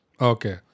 Okay